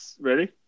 ready